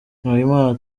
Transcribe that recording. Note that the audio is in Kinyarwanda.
nahimana